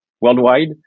worldwide